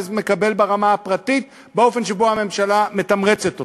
מקבל ברמה הפרטית באופן שבו הממשלה מתמרצת אותו.